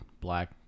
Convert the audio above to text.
black